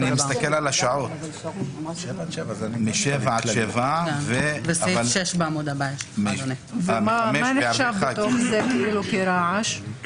מה נחשב בזה כרעש?